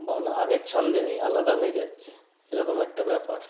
মানে আগের ছন্দে নেই আলাদা হয়ে যাচ্ছে এরকম একটা ব্যাপার